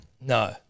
no